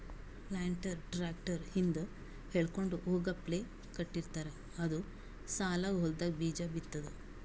planter tractor ಹಿಂದ್ ಎಳ್ಕೊಂಡ್ ಹೋಗಪ್ಲೆ ಕಟ್ಟಿರ್ತಾರ್ ಅದು ಸಾಲಾಗ್ ಹೊಲ್ದಾಗ್ ಬೀಜಾ ಬಿತ್ತದ್